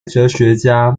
哲学家